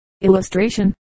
Illustration